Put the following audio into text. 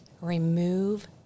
Remove